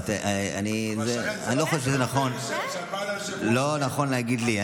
אני לא חושב שזה נכון להגיד לי.